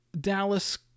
Dallas